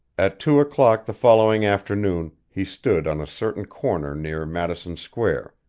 at two o'clock the following afternoon he stood on a certain corner near madison square,